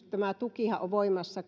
tämä tukihan on voimassa